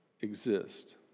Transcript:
Exist